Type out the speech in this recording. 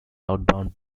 outbound